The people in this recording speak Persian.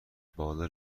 بالا